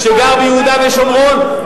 שגר ביהודה ושומרון,